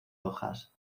hojas